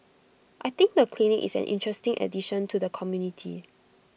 I think the clinic is an interesting addition to the community